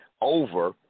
over